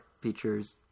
features